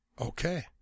Okay